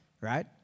Right